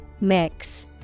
mix